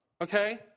Okay